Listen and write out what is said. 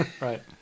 right